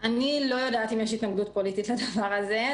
אני לא יודעת אם יש התנגדות פוליטית לדבר הזה,